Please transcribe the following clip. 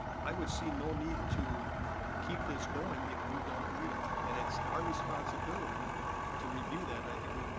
i would see no need to keep this going if we don't need it. and it's our responsibility to review that, and i think we,